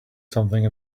something